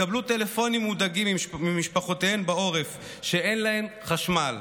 יקבלו טלפונים מודאגים ממשפחותיהם בעורף שאין להם חשמל,